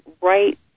right